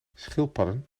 schildpadden